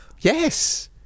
Yes